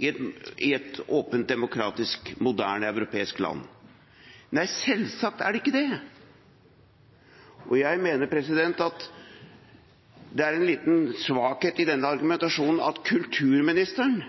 i et åpent, demokratisk, moderne europeisk land? Nei, selvsagt er det ikke det, og jeg mener at det er en liten svakhet i denne argumentasjonen. Kulturministeren,